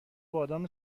بادام